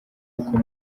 uko